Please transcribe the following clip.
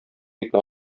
итне